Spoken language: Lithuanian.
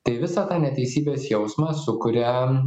tai visą tą neteisybės jausmą sukuria